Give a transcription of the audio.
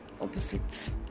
opposites